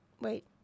wait